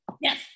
Yes